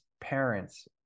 parents